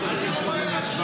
לא להצביע עכשיו,